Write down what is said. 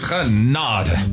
Genade